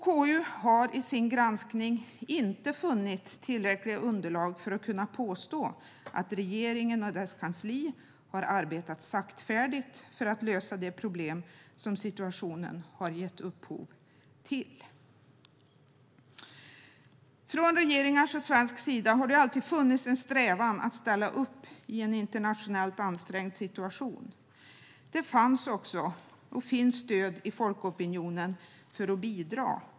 KU har i sin granskning inte funnit tillräckliga underlag för att påstå att regeringen och dess kansli har arbetat saktfärdigt för att lösa de problem som situationen har gett upphov till. Från regeringens och Sveriges sida har det alltid funnits en strävan att ställa upp i en internationellt ansträngd situation. Och det fanns, och finns, stöd hos folkopinionen för att bidra.